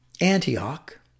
Antioch